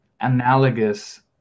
analogous